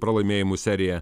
pralaimėjimų seriją